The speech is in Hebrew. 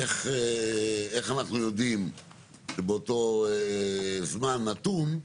איך אנחנו יודעים שבאותו זמן נתון,